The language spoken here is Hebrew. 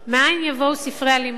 מאין יבואו ספרי הלימוד?